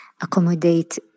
accommodate